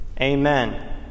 Amen